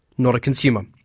not a consumer.